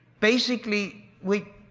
basically we.